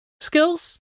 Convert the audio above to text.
skills